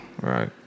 Right